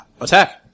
Attack